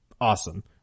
Awesome